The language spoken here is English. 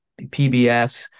pbs